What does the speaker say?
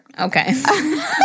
Okay